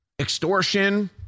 extortion